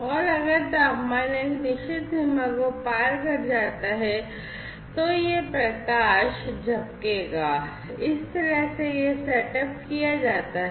और अगर तापमान एक निश्चित सीमा को पार कर जाता है तो यह प्रकाश झपकेगा इस तरह से यह सेटअप किया जाता है